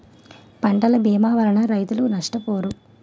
పంటల భీమా వలన రైతులు నష్టపోరు